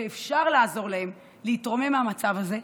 ואפשר לעזור להם להתרומם מהמצב הזה.